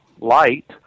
light